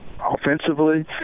Offensively